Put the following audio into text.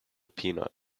peanut